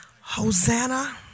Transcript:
Hosanna